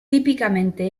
típicamente